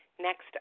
Next